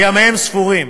וימיהם ספורים: